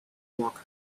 work